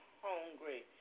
hungry